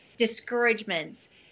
discouragements